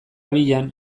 bian